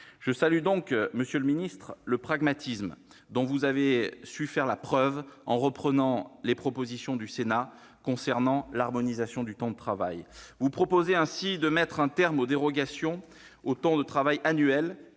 Je salue donc, monsieur le secrétaire d'État, le pragmatisme dont vous avez fait preuve en reprenant les propositions du Sénat concernant l'harmonisation du temps de travail. Vous proposez ainsi de mettre un terme aux dérogations au temps de travail annuel